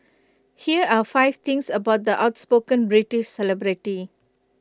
here are five things about the outspoken British celebrity